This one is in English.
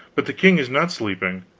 but the king is not sleeping,